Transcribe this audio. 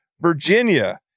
Virginia